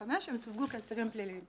ב-2005 הם סווגו כאסירים ביטחוניים.